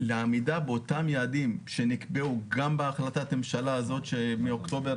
לעמידה באותם יעדים שנקבעו גם בהחלטת ממשלה זו מאוקטובר